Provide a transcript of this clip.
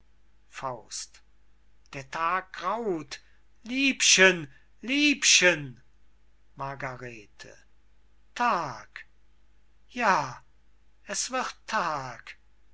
gethan der tag graut liebchen liebchen margarete tag ja es wird tag